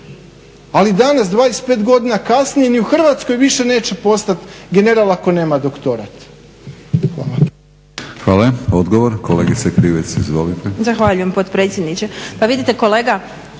Ali danas 25 godina kasnije ni u Hrvatskoj više neće postati general ako nema doktorat. Hvala.